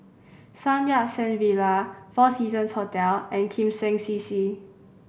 Sun Yat Sen Villa Four Seasons Hotel and Kim Seng CC